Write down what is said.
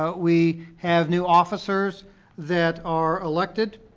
but we have new officers that are elected.